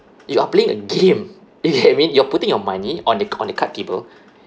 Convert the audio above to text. you are playing a game you know what I mean you're putting your money on the on the card table